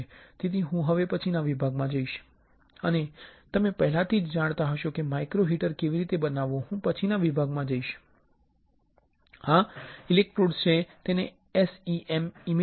તેથી હું હવે પછીના વિભાગમાં જઈશ અને તમે પહેલાથી જ જાણતા હશો કે માઇક્રો હીટર કેવી રીતે બનાવવુ હું પછીના વિભાગમાં જઈશ આ ઇલેક્ટ્રોડ્સ છે તેની SEM ઇમેઝિઝ છે અને આ તે વસ્તુ છે જેની ઉપર માઇક્રો હીટર છે